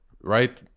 right